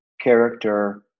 character